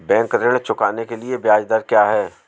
Bank ऋण चुकाने के लिए ब्याज दर क्या है?